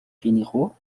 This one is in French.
généraux